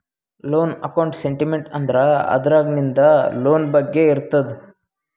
loan account statement ಅಂದುರ್ ಅದ್ರಾಗ್ ನಿಂದ್ ಲೋನ್ ಬಗ್ಗೆ ಇರ್ತುದ್